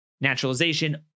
naturalization